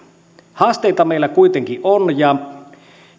haasteita meillä kuitenkin on ja